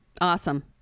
awesome